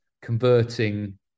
converting